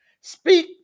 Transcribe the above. Speak